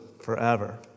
forever